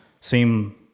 seem